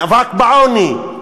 מאבק בעוני,